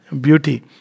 beauty